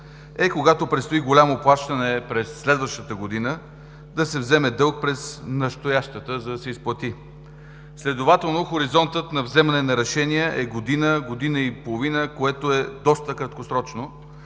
е, когато предстои голямо плащане през следващата година, да се вземе дълг през настоящата, за да се изплати. Следователно хоризонтът на вземане на решения е година, година и половина, което е доста краткосрочно.